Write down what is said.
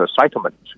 settlement